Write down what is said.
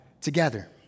together